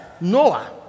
Noah